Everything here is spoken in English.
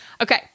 Okay